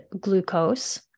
glucose